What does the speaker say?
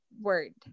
word